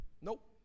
nope